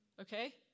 Okay